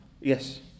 yes